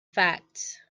facts